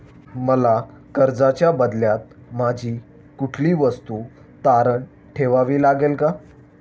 मला कर्जाच्या बदल्यात माझी कुठली वस्तू तारण ठेवावी लागेल का?